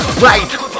Right